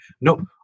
no